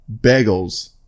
bagels